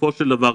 בסופו של דבר,